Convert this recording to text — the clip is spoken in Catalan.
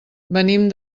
venim